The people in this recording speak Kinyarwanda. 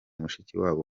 mushikiwabo